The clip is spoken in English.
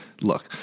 look